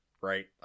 right